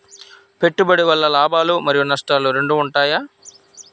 పెట్టుబడి వల్ల లాభాలు మరియు నష్టాలు రెండు ఉంటాయా?